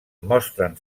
mostren